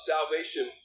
Salvation